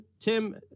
Tim